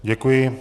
Děkuji.